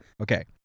okay